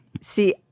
see